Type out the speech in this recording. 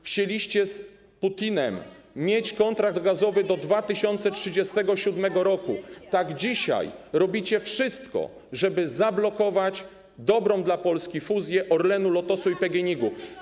Chcieliście z Putinem mieć kontrakt gazowy do 2037 r., a dzisiaj robicie wszystko, żeby zablokować dobrą dla Polski fuzję Orlenu, Lotosu i PGNiG-u.